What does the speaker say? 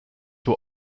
were